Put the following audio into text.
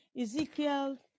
ezekiel